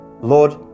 Lord